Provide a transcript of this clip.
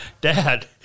Dad